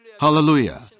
Hallelujah